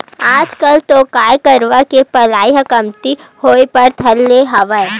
आजकल तो गाय गरुवा के पलई ह कमती होय बर धर ले हवय